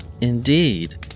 Indeed